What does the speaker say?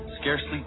scarcely